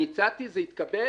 אני הצעתי, זה התקבל.